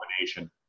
combination